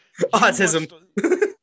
autism